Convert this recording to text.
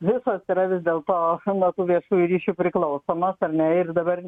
visos yra vis dėlto nuo tų viešųjų ryšių priklausomos ar ne ir dabar